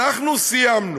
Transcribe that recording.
אנחנו סיימנו.